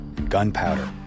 gunpowder